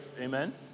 amen